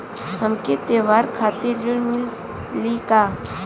हमके त्योहार खातिर ऋण मिली का?